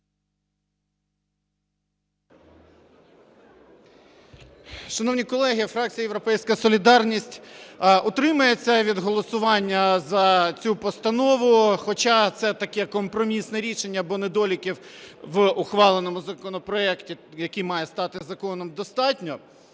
Шановні колеги, фракція "Європейська солідарність" утримається від голосування за цю постанову, хоча це таке компромісне рішення, бо недоліків в ухваленому законопроекті, який має стати законом, достатньо.